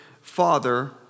father